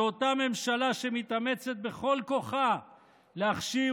זו אותה ממשלה שמתאמצת בכל כוחה להכשיר